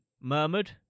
murmured